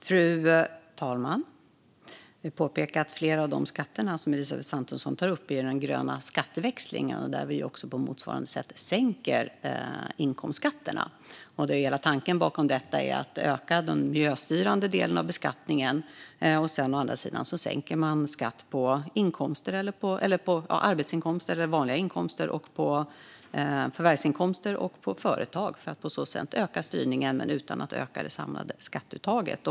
Fru talman! Jag vill påpeka att flera av de skatter som Elisabeth Svantesson tar upp ingår i den gröna skatteväxlingen där vi på motsvarande sätt sänker inkomstskatterna. Hela tanken bakom detta är att öka de miljöstyrande delarna av beskattningen. Å andra sidan sänker man skatt på vanliga inkomster, förvärvsinkomster, och på företag för att på så sätt öka styrningen men utan att öka det samlade skatteuttaget.